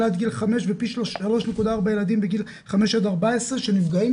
עד גיל 5 ופי 3.4 ילדים בגיל 5-14 שנפגעים,